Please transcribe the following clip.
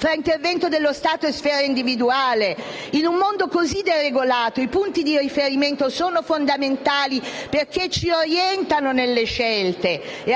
tra intervento dello Stato e sfera individuale. In un mondo così deregolato i punti di riferimento sono fondamentali, perché ci orientano nelle scelte. I